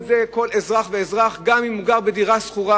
ישלם את זה כל אזרח ואזרח גם אם הוא גר בדירה שכורה,